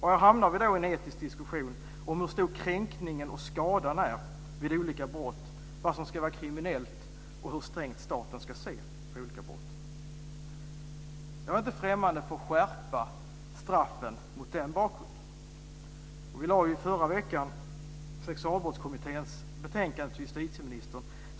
Här hamnar vi i en etisk diskussion om hur stor kränkningen och skadan är vid olika brott, vad som ska anses kriminellt och hur strängt staten ska se på olika brott. Jag är mot den bakgrunden inte främmande för att skärpa straffen. I förra veckan lämnade Sexualbrottskommittén fram sitt betänkande till justitieministern.